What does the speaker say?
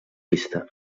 pista